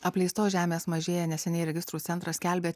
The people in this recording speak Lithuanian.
apleistos žemės mažėja neseniai registrų centras skelbė